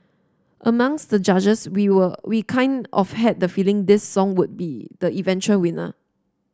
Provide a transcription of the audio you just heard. amongst the judges we'll we kind of had the feeling this song would be the eventual winner